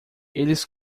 eles